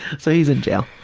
so he's in jail.